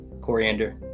Coriander